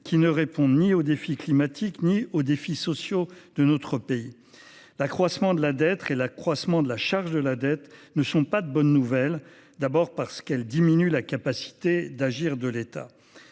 ils ne répondent ni aux défis climatiques ni aux défis sociaux de notre pays. L’accroissement de la dette et de la charge de celle ci ne constitue pas une bonne nouvelle, d’abord parce que cela diminue la capacité à agir de l’État.